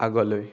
আগলৈ